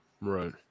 right